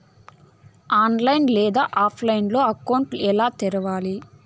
online లేదా ఆఫ్లైన్లో account ఎలా తెరవాలి